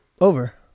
over